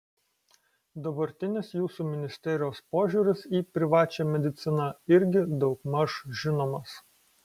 dabartinis jūsų ministerijos požiūris į privačią mediciną irgi daugmaž žinomas